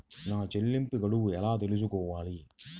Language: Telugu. నా చెల్లింపు గడువు ఎలా తెలుసుకోవాలి?